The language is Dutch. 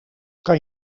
kan